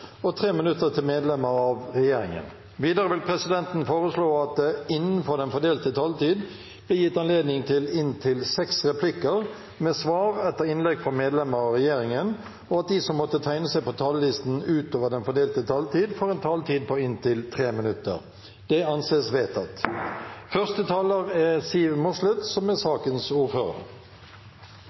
inntil tre replikker med svar etter innlegg fra medlemmer av regjeringen, og at de som måtte tegne seg på talerlisten utover den fordelte taletid, får en taletid på inntil 3 minutter. – Det anses vedtatt. La meg først understreke at regjeringspartiene er ivrige etter å få fortgang i arbeidet med å få reell elektronisk sanntidsinformasjon i HMS-kortene. HMS-kort er